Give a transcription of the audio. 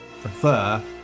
prefer